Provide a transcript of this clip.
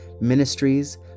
ministries